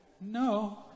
no